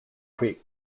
creek